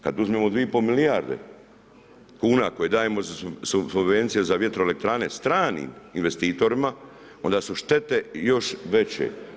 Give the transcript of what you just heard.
Kad uzmemo 2,5 milijarde kuna koje dajemo za subvencije za vjetroelektrane stranim investitorima onda su štete još veće.